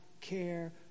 care